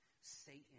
Satan